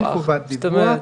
אין חובת דיווח,